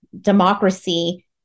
democracy